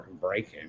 breaking